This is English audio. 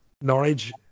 Norwich